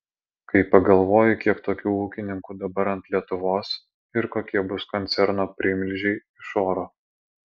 kai pagalvoji kiek tokių ūkininkų dabar ant lietuvos ir kokie bus koncerno primilžiai iš oro